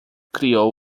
criou